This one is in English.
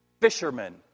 fishermen